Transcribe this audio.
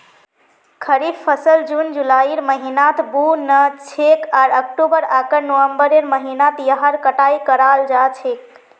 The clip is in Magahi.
खरीफ फसल जून जुलाइर महीनात बु न छेक आर अक्टूबर आकर नवंबरेर महीनात यहार कटाई कराल जा छेक